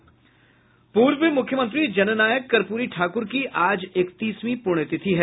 पूर्व मूख्यमंत्री जननायक कर्पूरी ठाक्र की आज इकतीसवीं पृण्यतिथि है